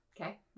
Okay